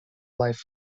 life